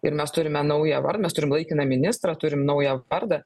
ir mes turime naują mes turim laikiną ministrą turim naują vardą